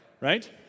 right